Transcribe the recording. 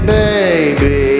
baby